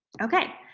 okay,